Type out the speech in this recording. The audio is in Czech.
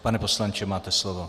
Pane poslanče, máte slovo.